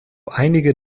einige